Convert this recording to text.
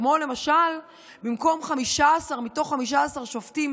כמו למשל, במקום 15 מתוך 15 שופטים